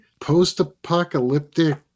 post-apocalyptic